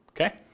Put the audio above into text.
Okay